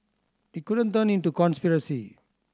it couldn't turn into conspiracy